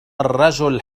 الرجل